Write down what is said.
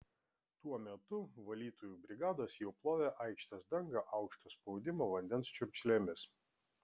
tuo metu valytojų brigados jau plovė aikštės dangą aukšto spaudimo vandens čiurkšlėmis